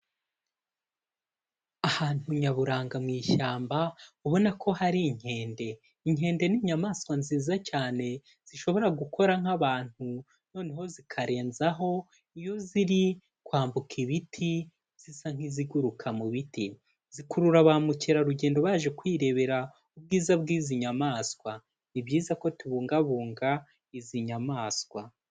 Ahantu nyaburanga mu ishyamba, ubona ko hari inkende, inkende ni inyamaswa nziza cyane, zishobora gukora nk'abantu, noneho zikarenzaho, iyo ziri kwambuka ibiti, zisa nk'iziguruka mu biti, zikurura bamukerarugendo baje kwirebera ubwiza bw'izi nyamaswa, ni byiza ko tubungabunga, izi nyamaswa.